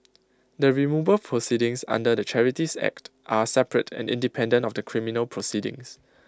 the removal proceedings under the charities act are separate and independent of the criminal proceedings